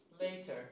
Later